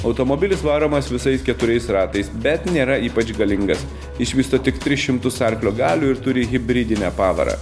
automobilis varomas visais keturiais ratais bet nėra ypač galingas išvysto tik tris šimtus arklio galių ir turi hibridinę pavarą